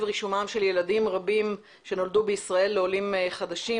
רישומם של ילדים רבים שנולדו בישראל לעולים חדשים,